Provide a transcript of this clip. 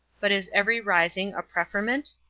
but is every raising a preferment?